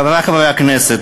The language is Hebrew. חברי חברי הכנסת,